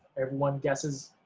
everyone guesses